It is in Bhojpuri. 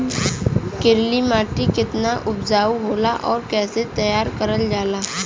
करेली माटी कितना उपजाऊ होला और कैसे तैयार करल जाला?